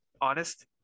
honest